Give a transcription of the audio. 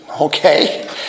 Okay